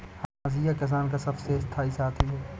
हंसिया किसान का सबसे स्थाई साथी है